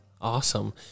Awesome